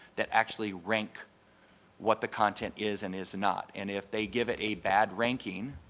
that actually rank what the content is and is not. and if they give it a bad ranking,